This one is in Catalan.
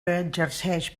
exerceix